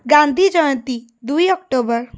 ଗାନ୍ଧି ଜୟନ୍ତୀ ଦୁଇ ଅକ୍ଟୋବର